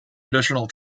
additional